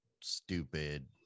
stupid